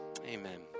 Amen